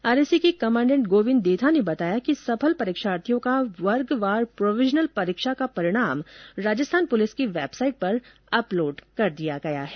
RAC के commandant Govind Detha ने बताया कि सफल परीक्षार्थियों का वर्गवार प्रोविजनल परीक्षा परिणाम राजस्थान पुलिस की वेबसाइट पर अपलोड कर दिया गया है